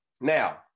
now